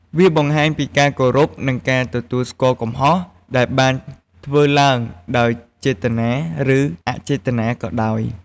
វាបង្ហាញពីការគោរព និងការទទួលស្គាល់កំហុស ដែលបានធ្វើឡើងទាំងចេតនា ឬ អចេតនាក៏ដោយ។